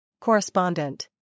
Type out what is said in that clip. Correspondent